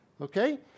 Okay